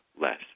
less